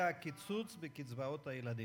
והקיצוץ בקצבאות הילדים.